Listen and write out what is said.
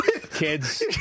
kids